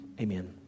Amen